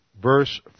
verse